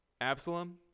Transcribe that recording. Absalom